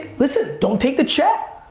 listen, don't take the check!